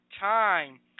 time